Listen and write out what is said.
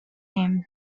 team